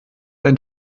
dein